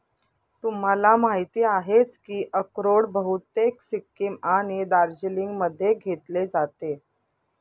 तुम्हाला माहिती आहेच की अक्रोड बहुतेक सिक्कीम आणि दार्जिलिंगमध्ये घेतले जाते